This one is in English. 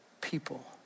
people